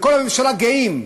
וכל הממשלה גאים,